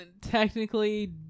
technically